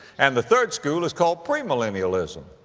and the third school is called premillennialism.